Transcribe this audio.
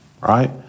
right